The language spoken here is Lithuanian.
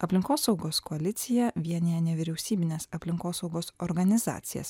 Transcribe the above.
aplinkosaugos koalicija vienija nevyriausybines aplinkosaugos organizacijas